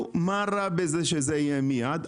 מה רע בזה שזה יהיה מייד,